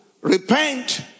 repent